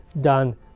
done